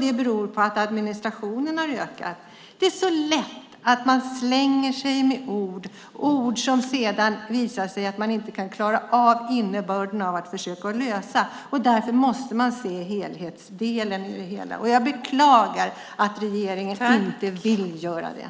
Det beror på att administrationen har ökat. Det är så lätt att slänga sig med ord vars innebörd man sedan inte klarar av att förverkliga. Därför måste man se helheten. Jag beklagar att regeringen inte vill göra det.